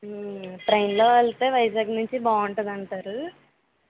ట్రైన్లో వెళ్తే వైజాగ్ నుంచి బాగుంటుందంటారు